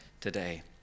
today